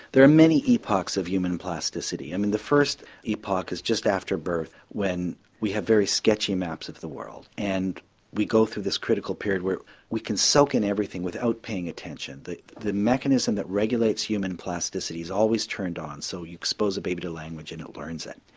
there are many epochs of human plasticity. i mean the first epoch is just after birth when we have very sketchy maps of the world and we go through this critical period where we can soak in everything without paying attention. the the mechanism that regulates human plasticity is always turned on so you expose a baby to language and it learns it.